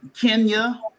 Kenya